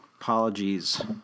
Apologies